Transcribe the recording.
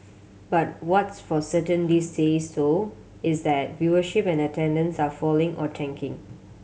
but what's for certain these days though is that viewership and attendance are falling or tanking